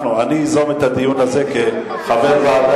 אני אזום את הדיון הזה כחבר ועדה,